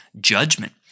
judgment